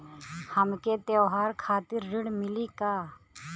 हमके त्योहार खातिर ऋण मिली का?